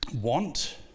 want